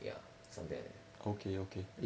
ya something like that